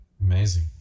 Amazing